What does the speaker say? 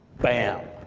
bam!